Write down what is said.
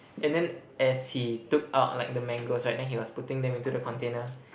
and then as he took out like the mangoes right then he was putting them into the container